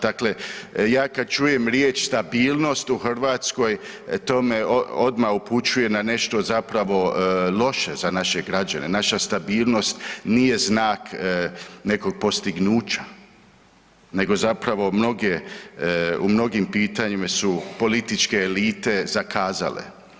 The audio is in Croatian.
Dakle, ja kad čujem riječ stabilnost u Hrvatskoj, to me odmah upućuje na nešto zapravo loše za naše građane, naša stabilnost nije znak nekog postignuća, nego zapravo mnoge, u mnogim pitanjima su političke elite zakazale.